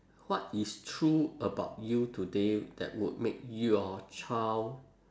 what is true about you today that would make your child